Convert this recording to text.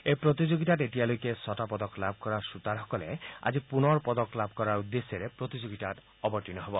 এই প্ৰতিযোগিতাত এতিয়ালৈকে ছটা পদক লাভ কৰা খুটাৰসকলে আজি পুনৰ পদক লাভ কৰাৰ উদ্দেশ্যেৰে প্ৰতিযোগিতাত অৱতীৰ্ণ হব